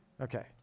Okay